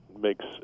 makes